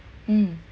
mm